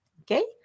Okay